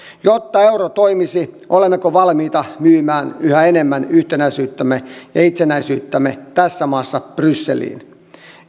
jotta euro toimisi olemmeko valmiita myymään yhä enemmän yhtenäisyyttämme ja itsenäisyyttämme tässä maassa brysseliin